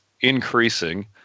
increasing